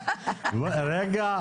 רגע.